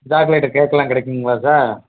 chocolate கேக்குலாம் கிடைக்குங்களா sir